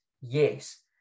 Yes